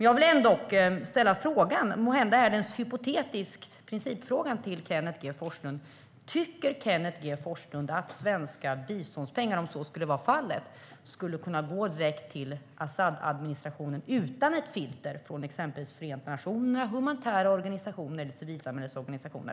Jag vill ställa en fråga, som måhända är en hypotetisk principfråga: Tycker Kenneth G Forslund att svenska biståndspengar, om så skulle vara fallet, kan gå direkt till Asadadministrationen utan ett filter som FN, humanitära organisationer eller civilsamhällets organisationer?